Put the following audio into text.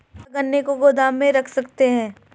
क्या गन्ने को गोदाम में रख सकते हैं?